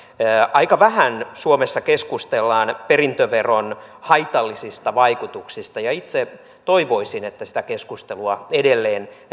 aika vähän suomessa keskustellaan perintöveron haitallisista vaikutuksista ja itse toivoisin että sitä keskustelua edelleen